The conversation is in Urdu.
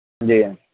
جی